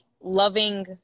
loving